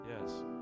yes